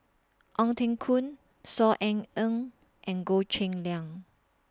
Ong Teng Koon Saw Ean Ang and Goh Cheng Liang